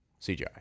CGI